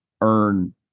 earn